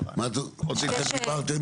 אתן דיברתן?